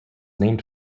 named